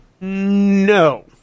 no